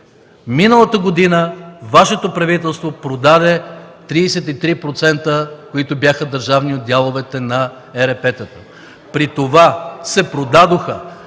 Миналата година Вашето правителство продаде 33%, които бяха държавни, от дяловете на ЕРП-тата. При това се продадоха